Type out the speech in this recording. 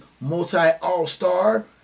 multi-all-star